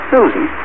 Susan